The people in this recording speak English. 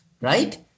right